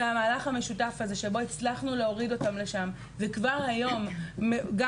המהלך המשותף הזה שבו הצלחנו להוריד אותם לשם וכבר היום גם